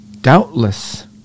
doubtless